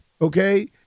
okay